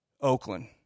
Oakland